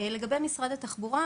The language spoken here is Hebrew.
לגבי משרד התחבורה.